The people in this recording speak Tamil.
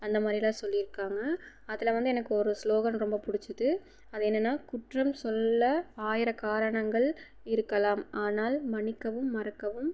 அந்த மாதிரியெல்லாம் சொல்லியிருக்காங்க அதில் வந்து எனக்கு ஒரு ஸ்லோகன் ரொம்ப பிடிச்சிது அது என்னெனா குற்றம் சொல்ல ஆயிரக் காரணங்கள் இருக்கலாம் ஆனால் மன்னிக்கவும் மறக்கவும்